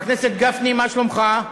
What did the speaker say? חבר הכנסת גפני, מה שלומך?